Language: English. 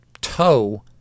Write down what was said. toe